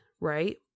right